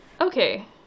Okay